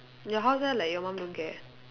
your house leh like your mum don't care